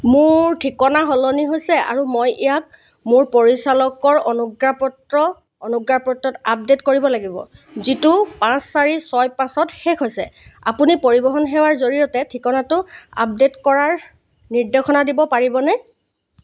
মোৰ ঠিকনা সলনি হৈছে আৰু মই ইয়াক মোৰ পৰিচালকৰ অনুজ্ঞাপত্ৰ অনুজ্ঞাপত্ৰত আপডেট কৰিব লাগিব যিটো পাঁচ চাৰি ছয় পাঁচত শেষ হৈছে আপুনি পৰিবহণ সেৱাৰ জৰিয়তে ঠিকনাটো আপডেট কৰাৰ নিৰ্দেশনা দিব পাৰিবনে